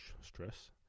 Stress